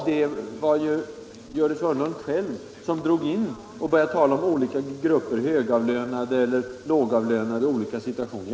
Det var ju Gördis Hörnlund själv som började tala om olika grupper och drog in högavlönade och lågavlönade i olika situationer.